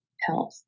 health